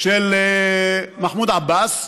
של מחמוד עבאס,